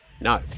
No